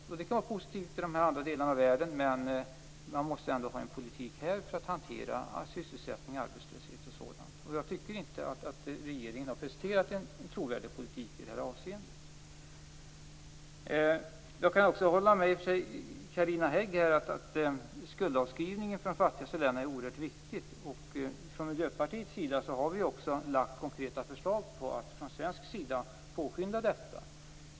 Det är klart att det är positivt för de andra delarna av världen, men vi måste ändå föra en politik här för att hantera sysselsättning, arbetslöshet och sådant. Jag tycker inte att regeringen har presterat en trovärdig politik i det avseendet. Jag kan hålla med Carina Hägg om att skuldavskrivningen för de fattigaste länderna är oerhört viktig. Från Miljöpartiets sida har vi också lagt fram konkreta förslag för att man från svensk sida skall påskynda detta.